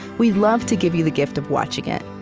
we'd love to give you the gift of watching it.